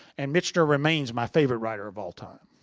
and michener remains my favorite writer of all time.